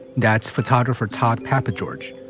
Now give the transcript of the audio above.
that's photographer todd papageorge.